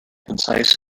concise